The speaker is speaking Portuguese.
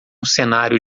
cenário